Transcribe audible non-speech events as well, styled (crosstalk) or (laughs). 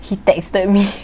he texted me (laughs)